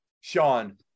Sean